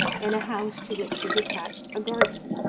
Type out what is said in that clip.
in a house to which was attached a garden.